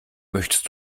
möchtest